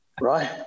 Right